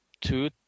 two